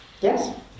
Yes